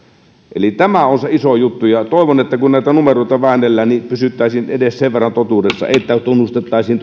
eli tämä on se iso juttu toivon että kun näitä numeroita väännellään niin pysyttäisiin edes sen verran totuudessa että tunnustettaisiin